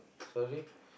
sorry